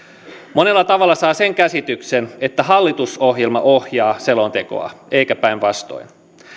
monella tavalla saa sen käsityksen että hallitusohjelma ohjaa selontekoa eikä päinvastoin